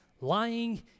lying